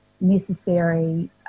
necessary